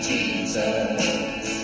Jesus